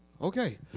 okay